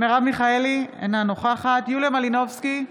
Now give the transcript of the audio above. מרב מיכאלי, אינה נוכחת יוליה מלינובסקי,